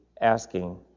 asking